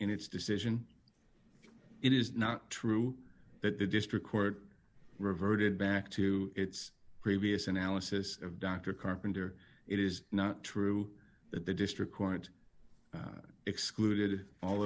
in its decision it is not true that the district court reverted back to its previous analysis of dr carpenter it is not true that the district court excluded all